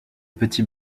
petit